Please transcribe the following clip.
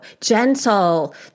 Gentle